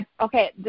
Okay